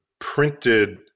printed